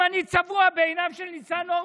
אם אני צבוע בעיניו של ניצן הורוביץ,